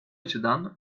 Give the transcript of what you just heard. açıdan